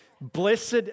Blessed